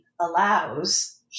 allows